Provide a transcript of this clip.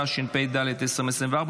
התשפ"ד 2024,